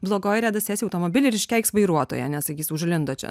blogoji reda sės į automobilį ir iškeiks vairuotoją sakys užlindo čia